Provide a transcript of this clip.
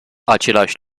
același